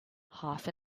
half